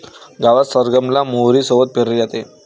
गावात सरगम ला मोहरी सोबत पेरले जाते